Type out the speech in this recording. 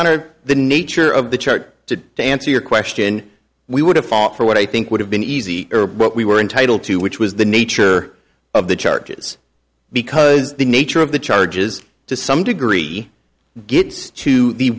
honor the nature of the charter to answer your question we would have fought for what i think would have been easy but we were entitled to which was the nature of the charges because the nature of the charges to some degree gets to